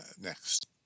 next